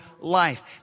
life